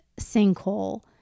sinkhole